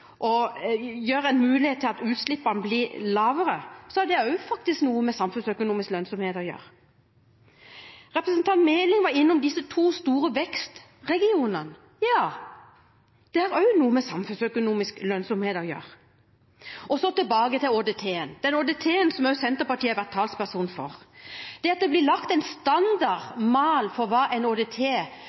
å gjøre. Representanten Meling var innom disse to store vekstregionene. Ja, det har også noe med samfunnsøkonomisk lønnsomhet å gjøre. Og så tilbake til ÅDT-en, den ÅDT-en som også Senterpartiet har vært talsperson for – det at det blir laget en standardmal for hva en